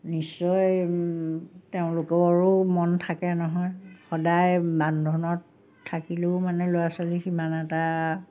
নিশ্চয় তেওঁলোকৰো মন থাকে নহয় সদায় বান্ধোনত থাকিলেও মানে ল'ৰা ছোৱালী সিমান এটা